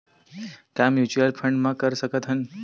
का mutual fund म कर सकत हन?